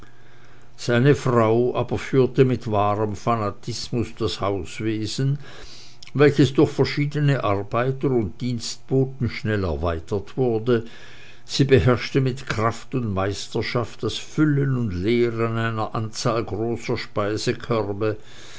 seine frau aber führte mit wahrem fanatismus das hauswesen welches durch verschiedene arbeiter und dienstboten schnell erweitert wurde sie beherrschte mit kraft und meisterschaft das füllen und leeren einer anzahl großer speisekörbe